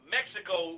Mexico